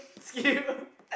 skip